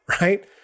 right